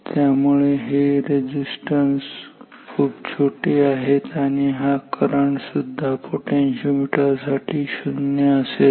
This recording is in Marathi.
त्यामुळे हे रेझिस्टन्स खूप छोटे आहेत आणि हा करंट सुद्धा पोटेन्शिओमीटर साठी शून्य असेल